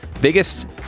Biggest